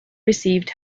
received